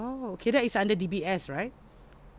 oh okay that is under D_B_S right